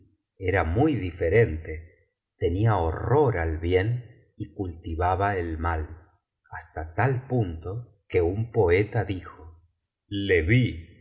era muy diferente tenía horror al bien y cultivaba el mal hasta tal punto que un poeta dijo le